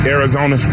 Arizona